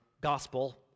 gospel